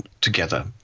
together